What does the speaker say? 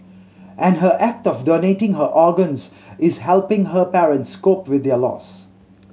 and her act of donating her organs is helping her parents cope with their loss